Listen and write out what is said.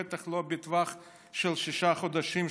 בטח לא בטווח של שישה חודשים,